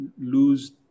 lose